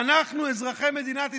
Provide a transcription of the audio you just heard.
ואנחנו, אזרחי מדינת ישראל,